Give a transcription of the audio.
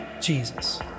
Jesus